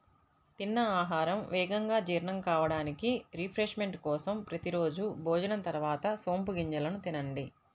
తిన్న ఆహారం వేగంగా జీర్ణం కావడానికి, రిఫ్రెష్మెంట్ కోసం ప్రతి రోజూ భోజనం తర్వాత సోపు గింజలను తినండి